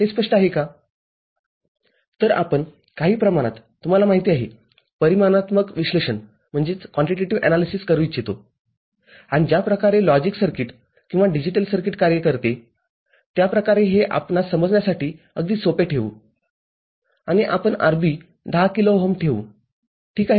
तरआपण काही प्रमाणाततुम्हाला माहिती आहेपरिमाणात्मक विश्लेषण करू इच्छितो आणि ज्या प्रकारे लॉजिक सर्किट किंवा डिजिटल सर्किटकार्य करते त्याप्रकारे हे आपणास समजण्यासाठी अगदी सोपे ठेऊ आणि आपण RB १० किलो ओहम ठेऊ ठीक आहे